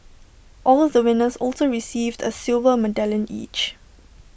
all the winners also received A silver medallion each